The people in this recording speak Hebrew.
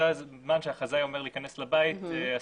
זה הזמן שהחזאי אומר להיכנס הביתה,